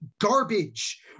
garbage